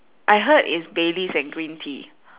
I heard is baileys and green tea